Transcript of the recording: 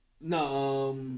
No